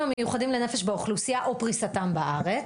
המיוחדים לנפש באוכלוסייה או פריסתם בארץ,